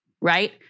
right